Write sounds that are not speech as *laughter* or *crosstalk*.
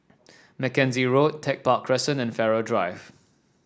*noise* Mackenzie Road Tech Park Crescent and Farrer Drive